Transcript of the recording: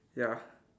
ya